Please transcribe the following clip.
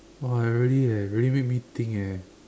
!wah! I really eh really make me think eh